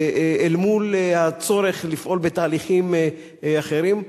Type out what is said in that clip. אל מול הצורך לפעול בתהליכים אחרים.